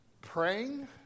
praying